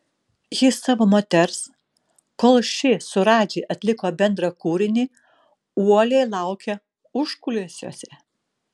jis savo moters kol ši su radži atliko bendrą kūrinį uoliai laukė užkulisiuose